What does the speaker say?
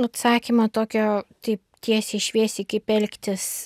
atsakymo tokio taip tiesiai šviesiai kaip elgtis